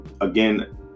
again